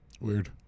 weird